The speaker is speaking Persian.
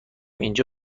اینجا